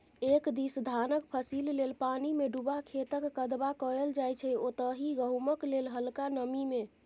एक दिस धानक फसिल लेल पानिमे डुबा खेतक कदबा कएल जाइ छै ओतहि गहुँमक लेल हलका नमी मे